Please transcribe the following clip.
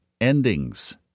endings